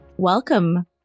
Welcome